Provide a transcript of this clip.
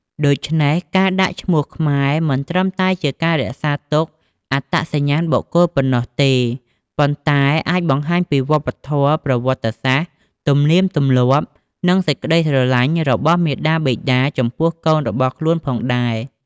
ដូច្នេះការដាក់ឈ្មោះខ្មែរមិនត្រឹមតែជាការរក្សាទុកអត្តសញ្ញាណបុគ្គលប៉ុណ្ណោះទេ ប៉ុន្តែអាចបង្ហាញពីវប្បធម៌ ប្រវត្តិសាស្ត្រ ទំនៀមទម្លាប់ និងសេចក្ដីស្រឡាញ់របស់មាតាបិតាចំពោះកូនរបស់ខ្លួនផងដែរ។